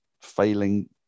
failing